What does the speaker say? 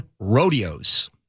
rodeos